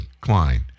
Klein